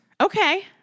Okay